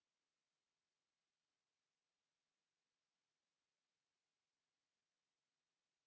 Kiitos,